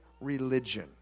religion